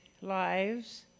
lives